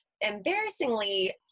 embarrassingly